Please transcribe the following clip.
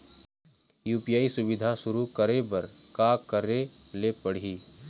UPI सुविधा शुरू करे बर का करे ले पड़ही?